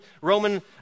Roman